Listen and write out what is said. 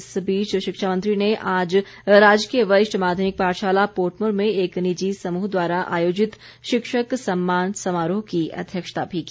इस बीच शिक्षा मंत्री ने आज राजकीय वरिष्ठ माध्यमिक पाठशाला पोटमोर में एक निजी समूह द्वारा आयोजित शिक्षक सम्मान समारोह की अध्यक्षता भी की